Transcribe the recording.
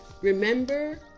remember